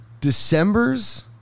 December's